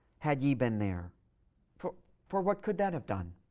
had ye been there for for what could that have done?